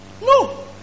No